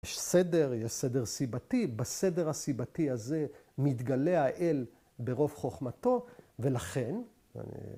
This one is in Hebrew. ‫יש סדר, יש סדר סיבתי, בסדר הסיבתי הזה ‫מתגלה האל ברוב חוכמתו, ולכן...